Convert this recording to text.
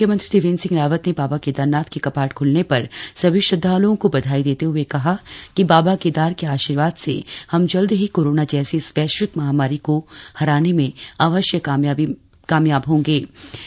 मुख्यमंत्री त्रिवेन्द्र सिंह रावत ने बाबा केदारनाथ के कपाट खुलने पर सभी श्रद्वालुओं को बधाई देते हुए कहा है कि बाबा केदार के आशीर्वाद से हम जल्द ही कोरोना जैसी इस वैश्विक महामारी को हराने में अवश्य कामयाबी मिलेगी